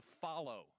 follow